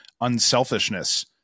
unselfishness